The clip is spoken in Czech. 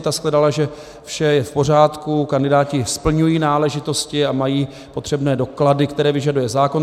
Ta shledala, že vše je v pořádku, kandidáti splňují náležitosti a mají potřebné doklady, které vyžaduje zákon.